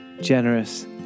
generous